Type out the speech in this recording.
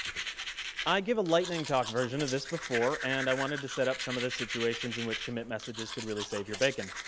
i give a lightning talk version of this before and i wanted to set up some of the situations in which commit messages could really save your bacon.